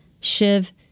Shiv